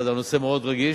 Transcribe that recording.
הנושא מאוד רגיש,